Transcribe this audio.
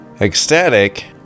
Ecstatic